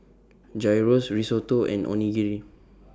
Gyros Risotto and Onigiri